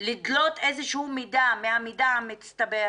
לדלות איזה שהוא מידע מהמידע המצטבר,